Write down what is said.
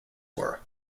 were